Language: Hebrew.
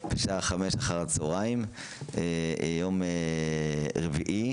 חמש אחר הצוהריים יום רביעי.